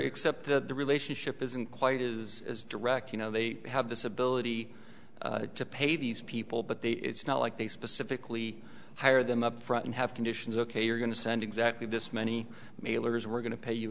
except that the relationship isn't quite is as direct you know they have this ability to pay these people but they it's not like they specifically hired them up front and have conditions ok you're going to send exactly this many mailers we're going to pay you